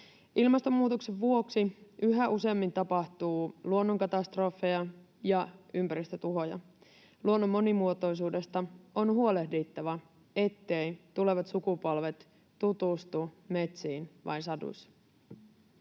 Ilmastonmuutoksen vuoksi yhä useammin tapahtuu luonnonkatastrofeja ja ympäristötuhoja. Luonnon monimuotoisuudesta on huolehdittava, etteivät tulevat sukupolvet tutustu metsiin vain saduissa.